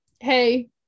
hey